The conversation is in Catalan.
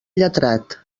lletrat